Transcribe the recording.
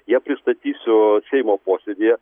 ją pristatysiu seimo posėdyje